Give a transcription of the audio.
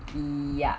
yup